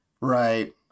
Right